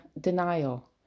denial